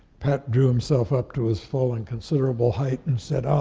pat drew himself up to his full and considerable height and said, ah,